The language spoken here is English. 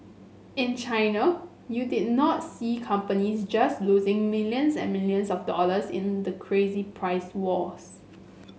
in China you did not see companies just losing millions and millions of dollars in the crazy price wars